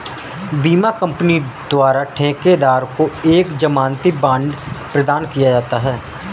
बीमा कंपनी द्वारा ठेकेदार को एक जमानती बांड प्रदान किया जाता है